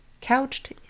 Couched